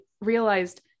realized